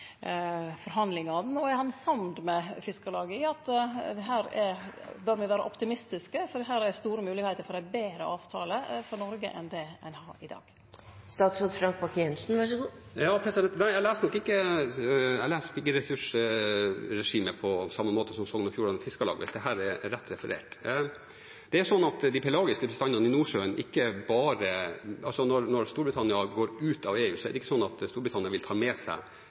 forhandlingane, og er han samd med Fiskarlaget i at me bør vere optimistiske fordi det her er store moglegheiter for ein betre avtale for Noreg enn det ein har i dag? Nei, jeg leser nok ikke ressursregimet på samme måte som Sogn og Fjordane Fiskarlag, hvis dette er rett referert. Når Storbritannia går ut av EU, er det ikke sånn at Storbritannia vil ta med seg